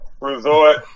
resort